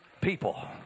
people